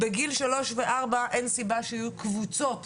אין סיבה שיהיו קבוצות